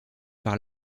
par